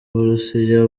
burusiya